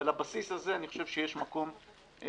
ועל הבסיס הזה אני חושב שיש מקום להגן,